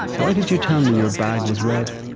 why did you tell me your bag was red?